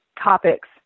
topics